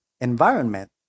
environment